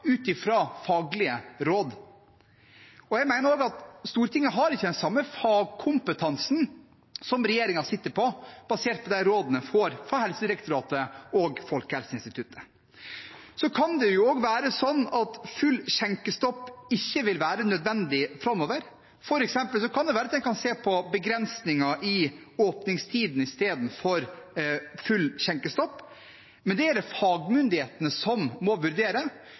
ut fra faglige råd. Jeg mener også at Stortinget ikke har den samme fagkompetansen som regjeringen sitter på, basert på de rådene en får fra Helsedirektoratet og Folkehelseinstituttet. Det kan også være sånn at full skjenkestopp ikke vil være nødvendig framover. For eksempel kan det være at en kan se på begrensninger i åpningstidene istedenfor full skjenkestopp, men det er det fagmyndighetene som må vurdere.